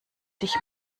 dich